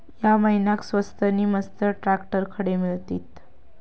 या महिन्याक स्वस्त नी मस्त ट्रॅक्टर खडे मिळतीत?